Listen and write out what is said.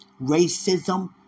racism